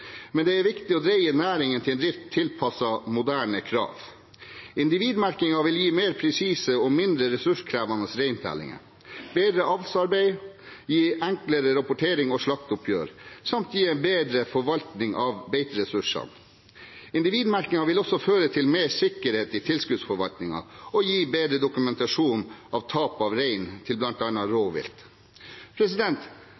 Men det er viktig å dreie næringen til en drift tilpasset moderne krav. Individmerking vil gi mer presise og mindre ressurskrevende reintellinger, bedre avlsarbeidet, gi enklere rapportering og slakteoppgjør samt gi en bedre forvaltning av beiteressursene. Individmerking vil også føre til mer sikkerhet i tilskuddsforvaltningen og gi bedre dokumentasjon av tap av rein til